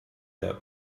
that